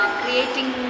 creating